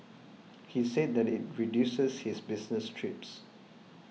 he said that it reduces his business trips